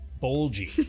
bulgy